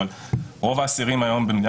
אז מה האמירה כאן שאפשר להתעלל בילד